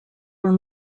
were